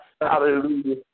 Hallelujah